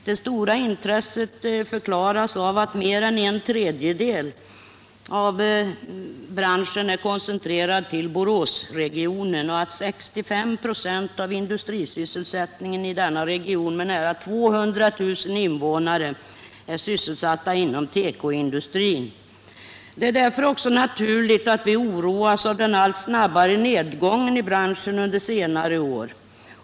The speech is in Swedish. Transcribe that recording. Det stora intresset förklaras av att mer än en tredjedel av branschen är koncentrerad till Boråsregionen och att 65 26 av industrisysselsättningen i denna region med nära 200 000 invånare är förlagd till tekoindustrin. Det är därför också naturligt att vi oroas av den allt snabbare nedgången i branschen under senare år.